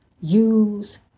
Use